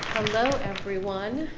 hello everyone,